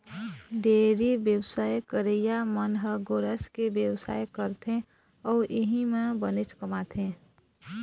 dairy बेवसाय करइया मन ह गोरस के बेवसाय करथे अउ इहीं म बनेच कमाथे